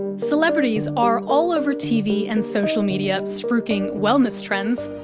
and celebrities are all over tv and social media, spruiking wellness trends.